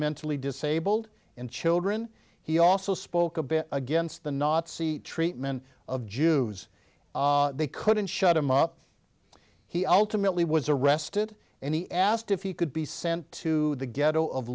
mentally disabled and children he also spoke a bit against the nazi treatment of jews they couldn't shut him up he ultimately was arrested and he asked if he could be sent to the ghetto of